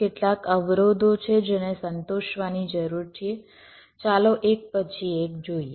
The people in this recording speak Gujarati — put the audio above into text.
કેટલાક અવરોધો છે જેને સંતોષવાની જરૂર છે ચાલો એક પછી એક જોઈએ